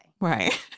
right